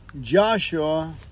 Joshua